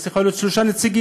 והיא צריכה להיות שלושה נציגים,